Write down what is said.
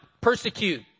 Persecute